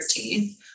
13th